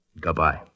Goodbye